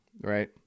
Right